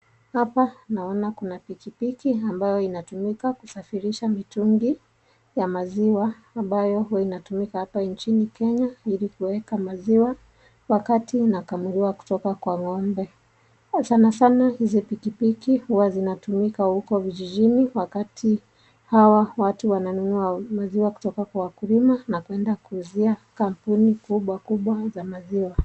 Hapa naona Kuna pikipiki ambayo inatumika kusafirisha mitungi ya maziwa ambayo huwa inatumika hapa nchini Kenya ili kuweka maziwa wakati inakamuliwa kutoka kwa ng'ombe. Sana hizi pikipiki huwa zinatumika huko vijijini wakati hawa watu wananua maziwa kutoka kwa wakulima na kuenda kuuzia kampuni kubwa za maziwa.